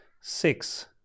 six